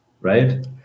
right